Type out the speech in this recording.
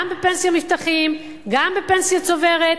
גם בפנסיה "מבטחים", גם בפנסיה צוברת.